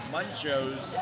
Munchos